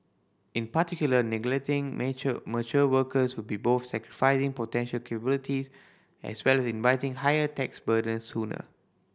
in particular neglecting mature workers would be both sacrificing potential capability as well inviting higher tax burdens sooner